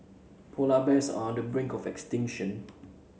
polar bears are on the brink of extinction